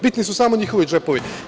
Bitni su samo njihovi džepovi.